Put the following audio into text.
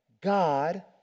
God